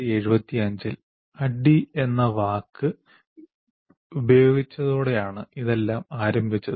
1975 ൽ ADDIE എന്ന വാക്ക് ഉപയോഗിച്ചതോടെയാണ് ഇതെല്ലാം ആരംഭിച്ചത്